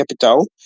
Capital